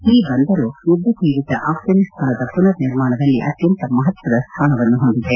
ಈ ಬಂದರು ಯುದ್ಧ ಪೀಡಿತ ಅಫ್ಫಾನಿಸ್ತಾನದ ಮನರ್ ನಿರ್ಮಾಣದಲ್ಲಿ ಅತ್ಯಂತ ಮಹತ್ವದ ಸ್ಥಾನವನ್ನು ಪೊಂದಿದೆ